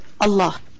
Allah